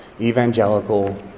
evangelical